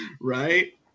Right